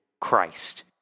Christ